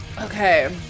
okay